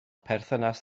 perthynas